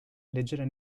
leggere